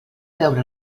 veure